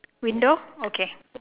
window okay